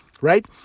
right